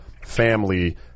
family